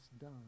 done